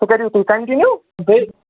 سُہ کٔرِو تُہۍ کَنٹِنیوٗ بیٚیہِ